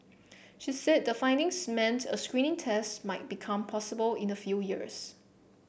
she said the findings meant a screening test might become possible in a few years